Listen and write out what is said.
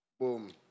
boom